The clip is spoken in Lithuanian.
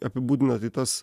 apibūdina tai tas